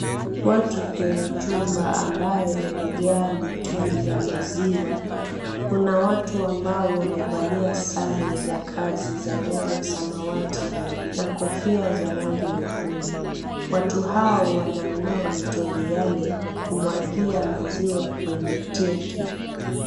Watu kwenye chumba ambayo imejaa mitungi ya maziwa. Kuna watu ambao wamevalia sare za kazi za rangi ya samawati na kofia za rangi nyekundu. Watu hao wanainua mitungi yale kumwagia maziwa kwenye tenki.